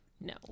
No